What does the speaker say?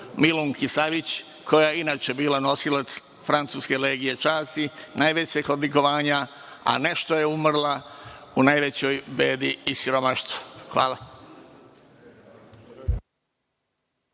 Milunki Savić, koja je inače bila nosilac francuske Legije časti, najvećeg odlikovanja, a ne što je umrla u najvećoj bedi i siromaštvu. Hvala.